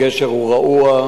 הגשר הוא רעוע,